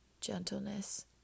gentleness